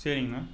சரிங்கண்ணா